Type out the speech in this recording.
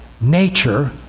nature